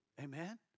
Amen